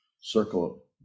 circle